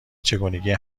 چگونگی